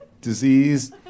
disease